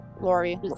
Lori